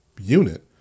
unit